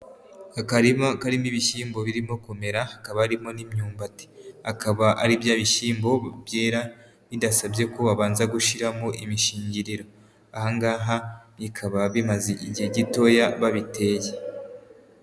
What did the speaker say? Akarima karimo ibishyimbo birimo kumera, hakaba harimo n'imyumbati, akaba ari bya bishyimbo byera bidasabye ko babanza gushyiramo imishigiriro, aha ngaha bikaba bimaze igihe gitoya babiteye.